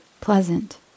pleasant